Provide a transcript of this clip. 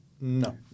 No